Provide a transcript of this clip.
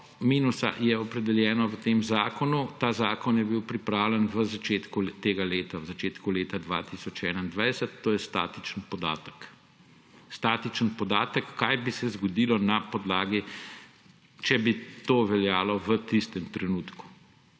minusa je opredeljeno v tem zakonu, ta zakon je bil pripravljen v začetku tega leta, v začetku leta 2021, to je statičen podatek. Statičen podatek, kaj bi se zgodilo na podlagi, če bi to veljalo v tistem trenutku.